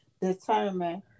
determine